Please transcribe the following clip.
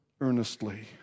earnestly